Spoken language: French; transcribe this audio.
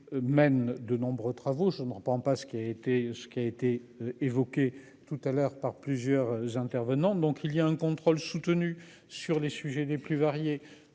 mène de nombreux travaux je ne comprends pas ce qui a été ce qui a été évoqué tout à l'heure par plusieurs intervenants. Donc il y a un contrôle soutenu sur les sujets les plus variés.